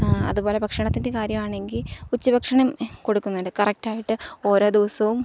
അതുപോലെ ഭക്ഷണത്തിൻ്റെ കാര്യമാണെങ്കില് ഉച്ച ഭക്ഷണം കൊടുക്കുന്നുണ്ട് കറക്റ്റായിട്ട് ഓരോ ദിവസവും